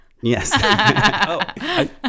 Yes